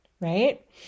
Right